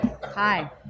hi